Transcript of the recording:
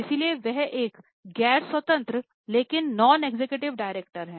तो executive director हैं